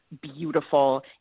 beautiful